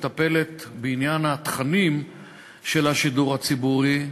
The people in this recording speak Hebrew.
שמטפלת בעניין התכנים של השידור הציבורי,